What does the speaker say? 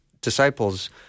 disciples